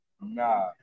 Nah